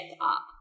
up